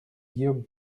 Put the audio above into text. guillaume